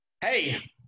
hey